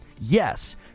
yes